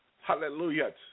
Hallelujah